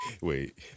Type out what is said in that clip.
wait